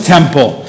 Temple